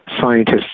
scientists